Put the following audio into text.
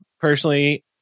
Personally